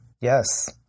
Yes